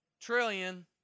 trillion